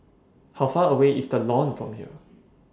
How Far away IS The Lawn from here